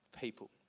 people